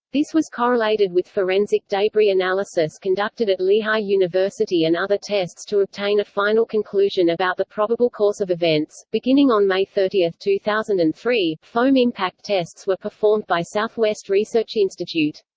this was correlated with forensic debris analysis conducted at lehigh university and other tests to obtain a final conclusion about the probable course of events beginning on may thirty, two thousand and three, foam impact tests were performed by southwest research institute.